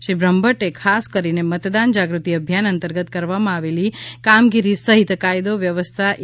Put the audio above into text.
શ્રી બ્રહ્મભટ્ટે ખાસ કરીને મતદાન જાગૃતિ અભિયાન અંતર્ગત કરવામાં આવેલ કામગીરી સહિત કાયદો વ્યનવસ્થા ઇ